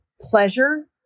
pleasure